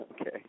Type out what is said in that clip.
Okay